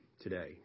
today